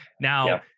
Now